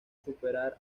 superar